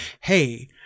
Hey